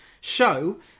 show